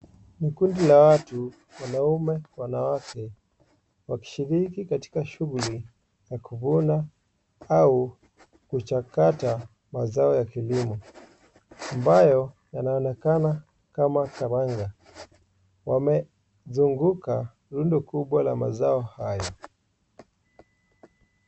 Ni kundi la watu, wanaume, wanawake, wakishiriki katika shuguli ya kuvuna, au, kuchakata mazao ya kilimo, ambayo yanaonekana kama karanga, wamezunguka rundu kubwa la mazao haya.